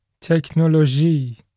Technology